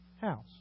house